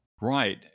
Right